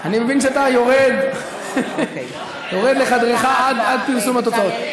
אני מבין שאתה יורד לחדרך עד פרסום התוצאות.